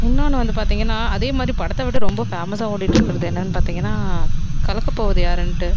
இன்னொன்று வந்து பார்த்தீங்கன்னா அதே மாதிரி படத்தை விட ரொம்ப ஃபேமஸாக ஓடிட்டுருக்குறது என்னான்னு பார்த்தீங்கன்னா கலக்கப் போவது யாருன்ட்டு